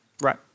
Right